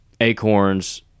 acorns